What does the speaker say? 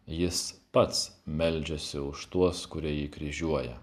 jis pats meldžiasi už tuos kurie jį kryžiuoja